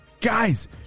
guys